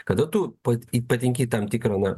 kada tu pa patenki į tam tikrą na